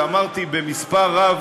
שאמרתי במספר רב